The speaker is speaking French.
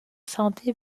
santé